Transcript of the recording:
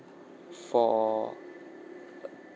for uh